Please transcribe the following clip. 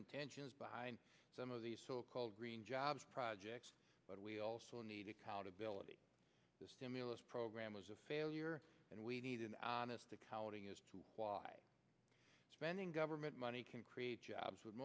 intentions behind some of these so called jobs projects but we also need accountability the stimulus program was a failure and we need an honest accounting as to why spending government money can create jobs with